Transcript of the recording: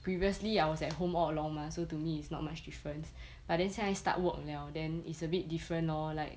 previously I was at home all along mah so to me it's not much difference but then 现在 start work liao then it's a bit different lor like